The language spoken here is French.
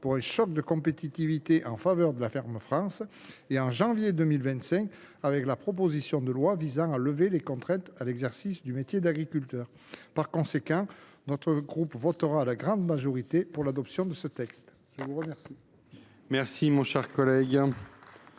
pour un choc de compétitivité en faveur de la ferme France, et en janvier 2025, dans la proposition de loi visant à lever les contraintes à l’exercice du métier d’agriculteur. Par conséquent, notre groupe votera dans sa grande majorité pour ce texte. La parole